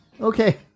okay